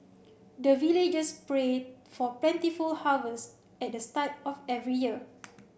the villagers pray for plentiful harvest at the start of every year